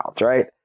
right